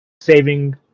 saving